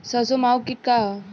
सरसो माहु किट का ह?